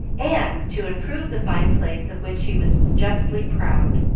and to improve the fine place of which he was justly proud.